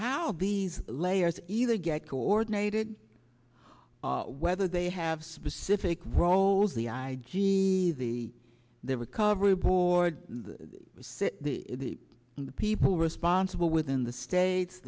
how these layers either get coordinated whether they have specific roles the i g the the recovery board see the people responsible within the states